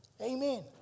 Amen